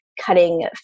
cutting